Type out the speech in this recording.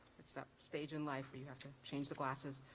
it's that stage in life where you have to change the glasses.